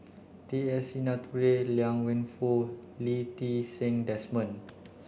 T S Sinnathuray Liang Wenfu Lee Ti Seng Desmond